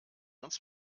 uns